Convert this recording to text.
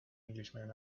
englishman